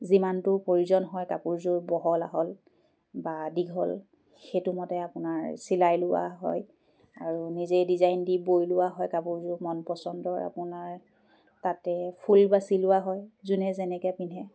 যিমানটো প্ৰয়োজন হয় কাপোৰযোৰ বহল আহল বা দীঘল সেইটো মতে আপোনাৰ চিলাই লোৱা হয় আৰু নিজেই ডিজাইন দি বৈ লোৱা হয় কাপোৰযোৰ মন পচন্দৰ আপোনাৰ তাতে ফুল বা চিলোৱা হয় যোনে যেনেকৈ পিন্ধে